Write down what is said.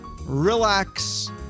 relax